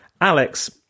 Alex